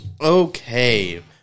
Okay